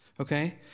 okay